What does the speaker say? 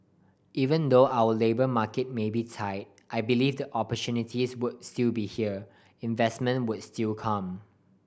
even though our labour market may be tight I believe the opportunities would still be here investment would still come